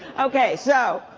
okay so,